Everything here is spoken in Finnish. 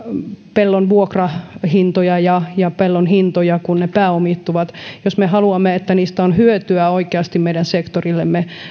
pellon vuokrahintoja ja ja pellon hintoja kun ne pääomittuvat jos me haluamme että niistä on hyötyä oikeasti meidän sektorillemme